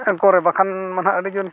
ᱠᱚᱨᱮ ᱵᱟᱠᱷᱟᱱ ᱢᱟ ᱱᱟᱦᱟᱜ ᱟᱹᱰᱤ ᱡᱳᱨ